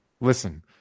listen